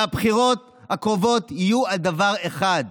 הבחירות הקרובות יהיו על דבר אחד: